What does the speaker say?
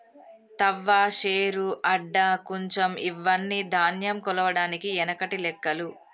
తవ్వ, శేరు, అడ్డ, కుంచం ఇవ్వని ధాన్యం కొలవడానికి ఎనకటి లెక్కలు